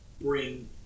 bring